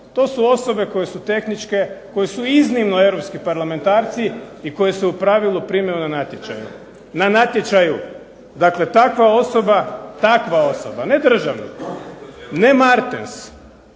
To su osobe koje su tehničke koji su iznimno europski parlamentarci i koji se u pravilu primaju na natječaju. Dakle, takva osoba ne državnik ne Martens